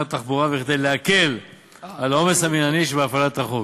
התחבורה וכדי להקל על העומס המינהלי שבהפעלת החוק.